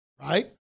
right